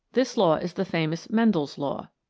this law is the famous mendel's law.